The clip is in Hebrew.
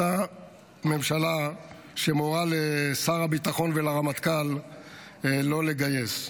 אותה ממשלה שמורה לשר הביטחון ולרמטכ"ל לא לגייס.